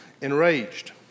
enraged